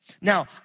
Now